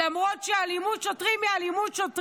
למרות שאלימות שוטרים